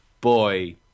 Boy